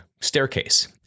staircase